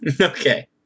okay